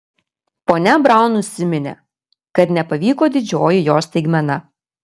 ponia braun nusiminė kad nepavyko didžioji jos staigmena